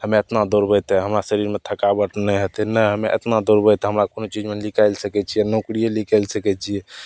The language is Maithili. हम्मे एतना दौड़बय तऽ हमरा शरीरमे थकावट नहि हेतय ने हम्मे एतना दौड़बय तऽ हमरा कोनो चीजमे निकालि सकय छियै नोकरिये निकालि सकय छियै